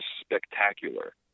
spectacular